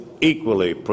equally